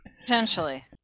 Potentially